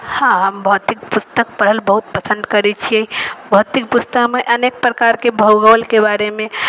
हँ हम भौतिक पुस्तक पढ़ब बहुत पसन्द करै छिए भौतिक पुस्तकमे अनेक प्रकारके भूगोलके बारेमे